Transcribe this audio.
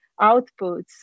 outputs